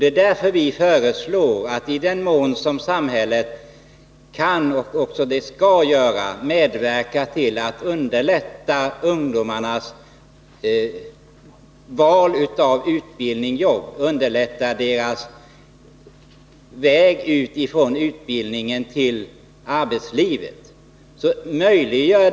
Det är därför vi föreslår att samhället i den mån man kan också skall medverka till att underlätta ungdomarnas val av utbildning och att underlätta deras väg från utbildningen till arbetslivet.